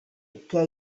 què